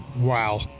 Wow